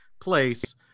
place